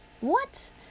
What